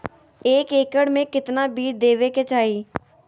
एक एकड़ मे केतना बीज देवे के चाहि?